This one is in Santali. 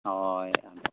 ᱦᱚᱭ